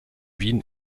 wien